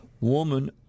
woman